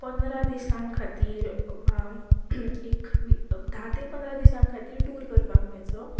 पंदरा दिसां खातीर वा एक धा ते पंदरा दिसां खातीर टूर करपाक मेळचो